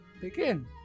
begin